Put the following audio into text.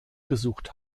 gesucht